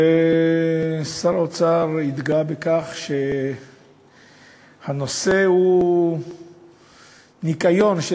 שר האוצר התגאה בכך שהנושא הוא ניקיון של